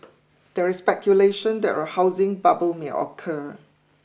there is speculation that a housing bubble may occur